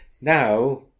Now